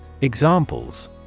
Examples